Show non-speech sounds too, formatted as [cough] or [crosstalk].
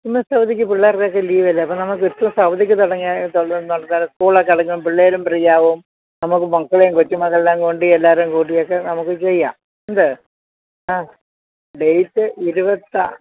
ഇന്ന് സൗദിക്ക് പിള്ളേർക്കൊക്കെ ലീവ് അല്ലേ അപ്പം നമുക്ക് ഇപ്പം സൗദിക്ക് [unintelligible] സ്കൂളൊക്കെ അടക്കം പിള്ളേരും ഫ്രീയാവും നമുക്ക് മക്കളെയും കൊച്ചുമക്കളെ എല്ലാം കൊണ്ട് എല്ലാവരും കൂട്ടിയൊക്കെ നമുക്ക് ചെയ്യാം എന്ത് ആ ഡേറ്റ് ഇരുപത്ത